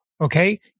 okay